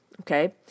okay